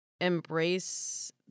embrace